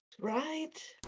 right